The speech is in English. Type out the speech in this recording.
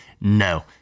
No